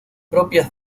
propias